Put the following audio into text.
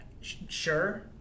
Sure